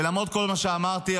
ולמרות כל מה שאמרתי,